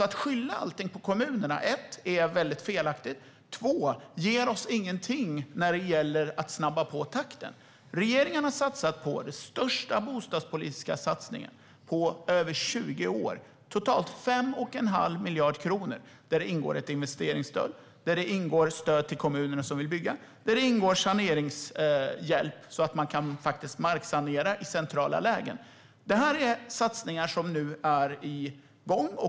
Att skylla allt på kommunerna är för det första felaktigt och ger för det andra oss ingenting när det gäller att snabba på takten. Regeringen har gjort den största bostadspolitiska satsningen på över 20 år. Det är totalt 5 1⁄2 miljard kronor där det ingår ett investeringsstöd, det vill säga stöd till kommunerna som vill bygga och saneringshjälp för att marksanera i centrala lägen. Det är satsningar som är igång.